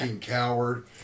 coward